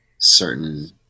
certain